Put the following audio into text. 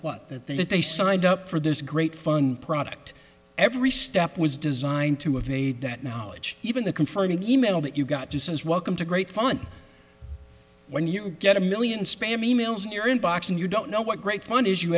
that they signed up for this great fun product every step was designed to have made that knowledge even the confirming email that you've got to say is welcome to great fun when you get a million spam emails in your inbox and you don't know what great fun is you